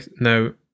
Now